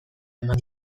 eman